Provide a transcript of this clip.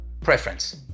Preference